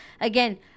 again